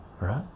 right